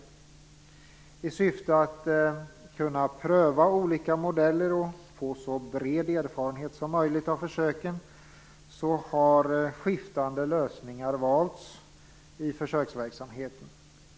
I syfte att kunna pröva olika modeller och få så bred erfarenhet som möjligt av försöken har skiftande lösningar valts i försöksverksamheten.